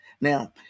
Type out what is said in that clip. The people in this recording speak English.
Now